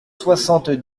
soixante